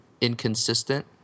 inconsistent